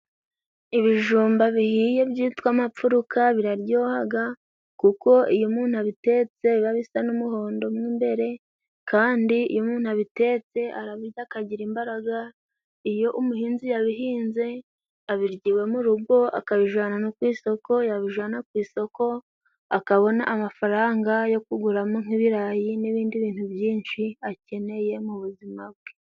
Ibijumba bihiye byitwa amapfuruka biraryohaga kuko iyo umuntu abitetse biba bisa n'umuhondo imbere kandi iyo umuntu abitetse arabirya akagira imbaraga iyo umuhinzi yabihinze abirya iwe mu rugo akabijana no ku isoko yabijana ku isoko akabona amafaranga yo kuguramo nk'ibirayi n'ibindi bintu byinshi akeneye mu buzima bwe.